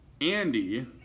Andy